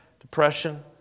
depression